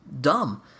dumb